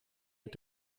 mit